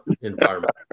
environment